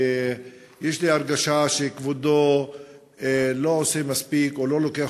ויש לי הרגשה שכבודו לא עושה מספיק או לא לוקח